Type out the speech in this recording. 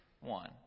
one